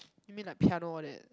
you mean like piano all that